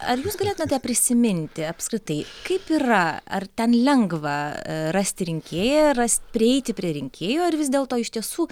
ar jūs galėtumėte prisiminti apskritai kaip yra ar ten lengva rasti rinkėją ras prieiti prie rinkėjų ar vis dėlto iš tiesų